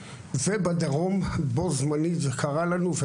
ובדרום בו זמנית זה קרה לנו,